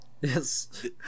Yes